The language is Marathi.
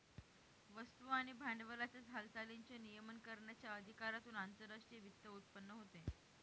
वस्तू आणि भांडवलाच्या हालचालींचे नियमन करण्याच्या अधिकारातून आंतरराष्ट्रीय वित्त उत्पन्न होते